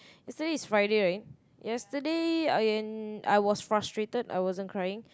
yesterday is Friday right yesterday I'm I was frustrated I wasn't crying